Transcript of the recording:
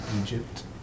Egypt